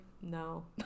no